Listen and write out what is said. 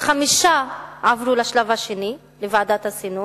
חמישה עברו לשלב השני, לוועדת הסינון,